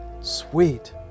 Sweet